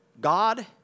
God